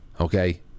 Okay